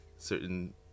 certain